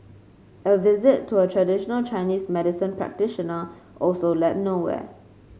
a visit to a traditional Chinese medicine practitioner also led nowhere